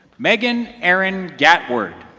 meghan erin gatworth